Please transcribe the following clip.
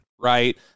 right